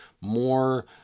more